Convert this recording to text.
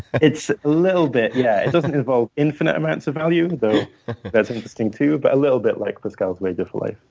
it's a little bit, yeah. it doesn't involve infinite amounts of value, though that's interesting too. but a little bit like pascal's wager for life.